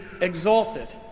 exalted